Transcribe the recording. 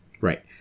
Right